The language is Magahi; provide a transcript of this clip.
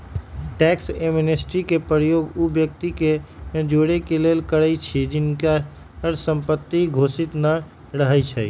टैक्स एमनेस्टी के प्रयोग उ व्यक्ति के जोरेके लेल करइछि जिनकर संपत्ति घोषित न रहै छइ